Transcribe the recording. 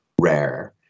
rare